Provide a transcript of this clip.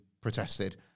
protested